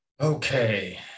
okay